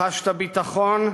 חשבת ביטחון,